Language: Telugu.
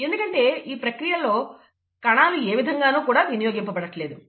ఎందుకంటే ఈ ప్రక్రియలో కణాలు ఏ విధంగానూ కూడా వినియోగింపబడట్లేదు